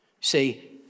See